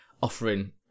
offering